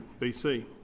BC